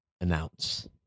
announce